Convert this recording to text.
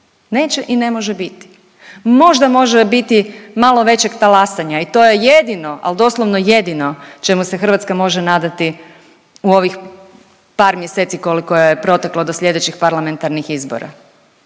neće i ne može biti. Možda može biti malo većeg talasanja i to je jedino, al doslovno jedino čemu se Hrvatska može nadati u ovih par mjeseci koliko je proteklo do slijedećih parlamentarnih izbora